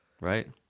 right